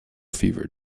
fever